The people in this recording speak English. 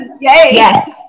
Yes